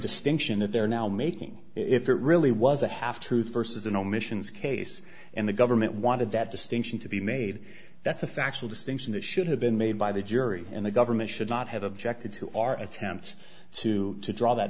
distinction that they're now making if there really was a half truth versus an omissions case and the government wanted that distinction to be made that's a factual distinction that should have been made by the jury and the government should not have objected to our attempts to to draw that